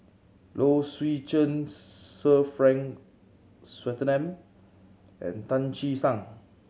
Low Swee Chen Sir Frank Swettenham and Tan Che Sang